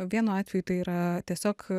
vienu atveju tai yra tiesiog